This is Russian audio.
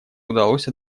удалось